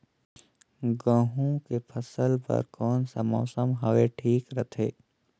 गहूं के फसल बर कौन सा मौसम हवे ठीक रथे?